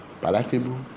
palatable